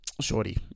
shorty